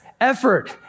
effort